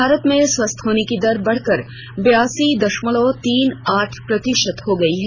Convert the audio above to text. भारत में स्वस्थ होने की दर बढकर बेयासी दशमलव तीन आठ प्रतिशत हो गई है